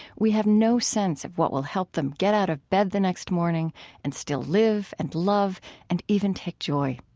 we have no sense of what will help them get out of bed the next morning and still live and love and even take joy.